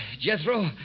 Jethro